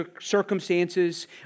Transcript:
circumstances